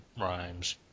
rhymes